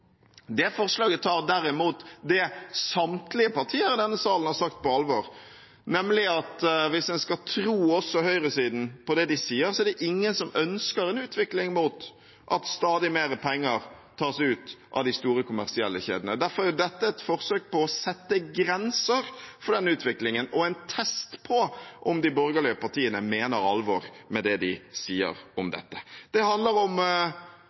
Det forslaget tar derimot på alvor det samtlige partier i denne salen har sagt, nemlig at hvis en skal tro også høyresiden på det de sier, er det ingen som ønsker en utvikling mot at stadig mer penger tas ut av de store, kommersielle kjedene. Derfor er dette et forsøk på å sette grenser for den utviklingen og en test på om de borgerlige partiene mener alvor med det de sier om dette. Det handler om